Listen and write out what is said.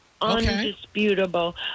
Undisputable